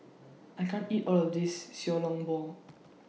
I can't eat All of This Xiao Long Bao